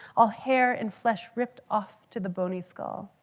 all hair and flesh ripped off to the bony skull.